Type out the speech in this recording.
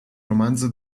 romanzo